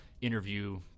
interview